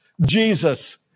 Jesus